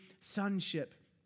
sonship